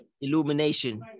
illumination